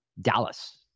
Dallas